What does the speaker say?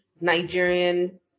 Nigerian